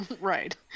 right